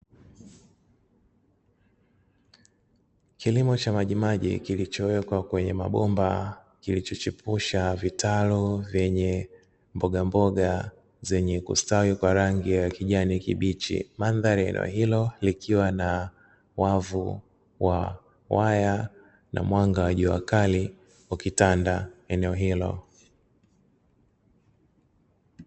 Kilimo cha majimaji kilichowekwa kwenye mabomba kilichochipusha vitalu vyenye mbogamboga zenye kustawi kwa rangi ya kijani kibichi, mandhari eneo hilo likiwa na wavu wa waya na mwanga wa juakali ukitanda eneo hilo.